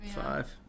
Five